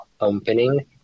opening